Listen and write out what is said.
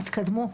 תתקדמו,